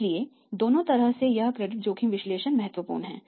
इसलिए दोनों तरह से यह क्रेडिट जोखिम विश्लेषण महत्वपूर्ण है